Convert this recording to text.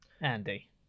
Andy